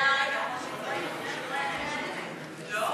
ההסתייגות של חברת הכנסת